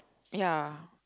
ya